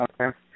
Okay